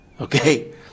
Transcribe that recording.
okay